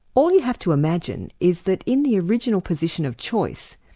all you have to imagine is that in the original position of choice,